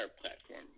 platform